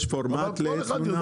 יש פורמט לתלונה?